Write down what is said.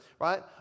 right